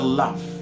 love